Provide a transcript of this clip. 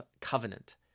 covenant